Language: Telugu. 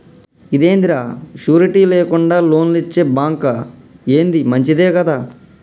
ఇదేందిరా, షూరిటీ లేకుండా లోన్లిచ్చే బాంకా, ఏంది మంచిదే గదా